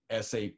SAP